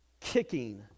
kicking